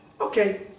Okay